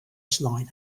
slein